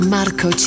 Marco